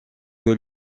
que